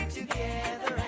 together